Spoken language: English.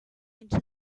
into